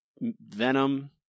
venom